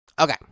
Okay